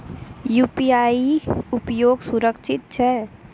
UPI उपयोग सुरक्षित छै?